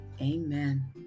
Amen